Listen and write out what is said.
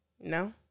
No